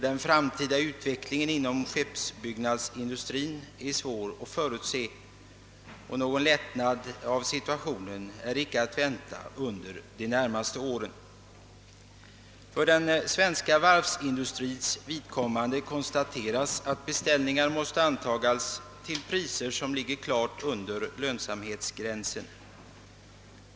Den framtida utvecklingen inom skeppsbyggnadsindustrin är svår att förutse, och någon lättnad i situationen är icke att vänta under de närmaste åren. För den svenska varvsindustrins vidkommande kan konstateras att beställningar måste antagas till priser som ligger klart under lönsamhetsgränsen.